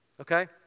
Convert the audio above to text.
okay